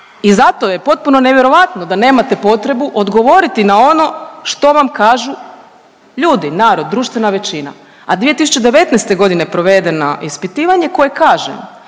i zato je potpuno nevjerojatno da nemate potrebu odgovoriti na ono što vam kažu ljudi, narod, društvena većina, a 2019.g. je provedeno ispitivanje koje kaže